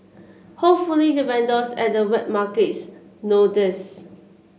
hopefully the vendors at the wet markets know this